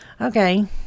Okay